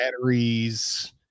batteries